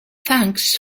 thanks